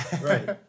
right